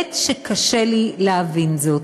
באמת קשה לי להבין זאת.